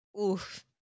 oof